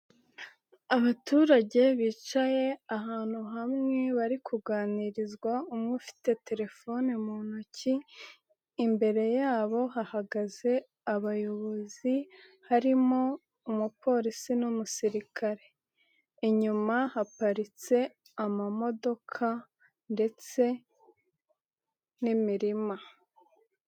Abaturage bicaye ahantu hamwe bari kuganirizwa umwe ufite telefone mu intoki, imbere yabo hahagaze abayobozi harimo umupolisi n'umusirikare. Inyuma haparitse amamodoka ndetse n'imirima.